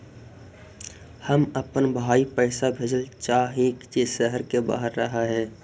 हम अपन भाई पैसा भेजल चाह हीं जे शहर के बाहर रह हे